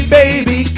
baby